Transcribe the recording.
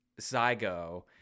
Zygo